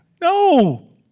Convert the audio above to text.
No